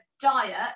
diet